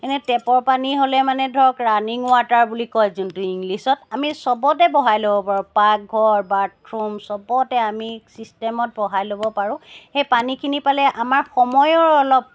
এনে টেপৰ পানী হ'লে মানে ধৰক ৰানিং ৱাটাৰ বুলি কয় যোনটো ইংলিছত আমি চবতে বহাই ল'ব পাৰোঁ পাকঘৰ বাথৰূম চবতে আমি ছিষ্টেমত বহাই ল'ব পাৰোঁ সেই পানীখিনি পালে আমাৰ সময়ৰ অলপ